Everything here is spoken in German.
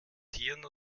tieren